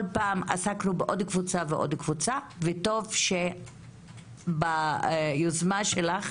כל פעם עסקנו בעוד קבוצה ועוד קבוצה וטוב שביוזמה שלך,